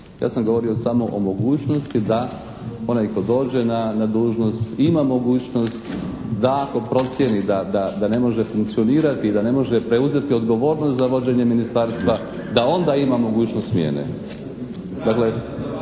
Ja sam govorio samo o mogućnosti da onaj tko dođe na dužnost ima mogućnost da ako procijeni da ne može funkcionirati i da ne može preuzeti odgovornost za vođenje ministarstva da onda ima mogućnost smjene.